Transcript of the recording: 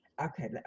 Okay